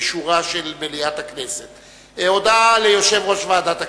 תשעה בעד,